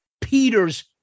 Peter's